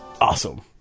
Awesome